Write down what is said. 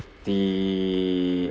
the